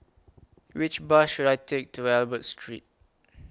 Which Bus should I Take to Albert Street